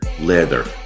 leather